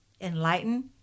enlighten